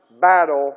battle